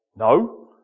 No